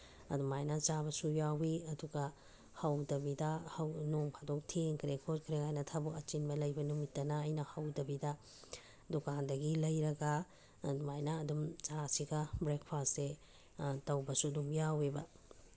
ꯑꯗꯨꯃꯥꯏꯅ ꯆꯥꯕꯁꯨ ꯌꯥꯎꯏ ꯑꯗꯨꯒ ꯍꯧꯗꯕꯤꯗ ꯅꯣꯡꯐꯥꯗꯣꯛ ꯊꯦꯡꯈꯔꯦ ꯈꯣꯠꯈꯔꯦ ꯀꯥꯏꯅ ꯊꯕꯛ ꯑꯆꯤꯟꯕ ꯂꯩꯕ ꯅꯨꯃꯤꯠꯇꯅ ꯑꯩꯅ ꯍꯧꯗꯕꯤꯗ ꯗꯨꯀꯥꯟꯗꯒꯤ ꯂꯩꯔꯒ ꯑꯗꯨꯃꯥꯏꯅ ꯑꯗꯨꯝ ꯆꯥꯁꯤꯒ ꯕ꯭ꯔꯦꯛꯐꯥꯁꯁꯦ ꯇꯧꯕꯁꯨ ꯑꯗꯨꯝ ꯌꯥꯎꯏꯕ